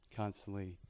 constantly